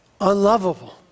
unlovable